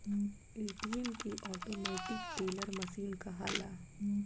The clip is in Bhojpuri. ए.टी.एम के ऑटोमेटीक टेलर मशीन कहाला